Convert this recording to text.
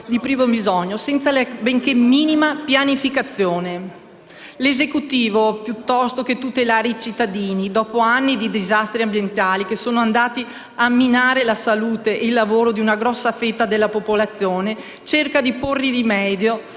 di primo bisogno, senza la benché minima pianificazione. L'Esecutivo, piuttosto che tutelare i cittadini dopo anni di disastri ambientali che sono andati a minare la salute e il lavoro di una grossa fetta della popolazione, cerca di porre rimedio